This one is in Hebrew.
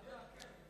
כן.